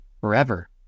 forever